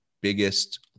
biggest